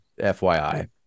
FYI